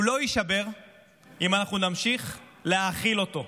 הוא לא יישבר אם אנחנו נמשיך להאכיל אותו,